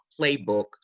playbook